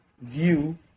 view